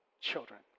children